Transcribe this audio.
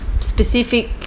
specific